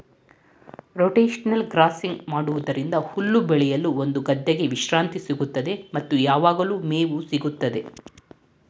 rotational grazing ಮಾಡೋದ್ರಿಂದ ಹುಲ್ಲು ಬೆಳೆಯಲು ಒಂದು ಗದ್ದೆಗೆ ವಿಶ್ರಾಂತಿ ಸಿಗುತ್ತದೆ ಮತ್ತು ಯಾವಗ್ಲು ಮೇವು ಸಿಗುತ್ತದೆ